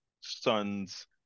son's